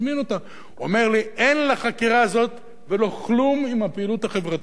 הוא אומר לי: אין לחקירה הזאת ולא כלום עם הפעילות החברתית שלה.